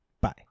Bye